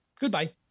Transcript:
goodbye